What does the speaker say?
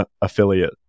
affiliate